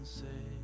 say